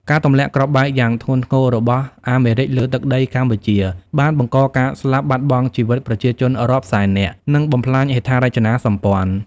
ការទម្លាក់គ្រាប់បែកយ៉ាងធ្ងន់ធ្ងររបស់អាមេរិកលើទឹកដីកម្ពុជា បានបង្កការស្លាប់បាត់បង់ជីវិតប្រជាជនរាប់សែននាក់ និងបំផ្លាញហេដ្ឋារចនាសម្ព័ន្ធ។